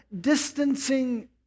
distancing